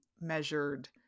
measured